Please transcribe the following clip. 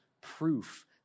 proof